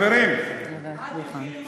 חברים, את תלכי ללמוד מה זה זכויות,